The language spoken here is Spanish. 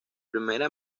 primera